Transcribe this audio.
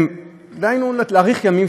להאריך ימים,